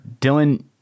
dylan